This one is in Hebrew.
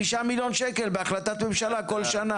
5 מיליון שקל בהחלטת ממשלה כל שנה.